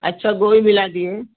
अच्छा मिला दिए